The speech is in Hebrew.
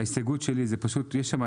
ההסתייגות שלי זה פשוט, יש שם